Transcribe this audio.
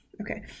okay